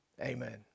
Amen